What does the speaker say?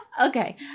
Okay